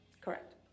Correct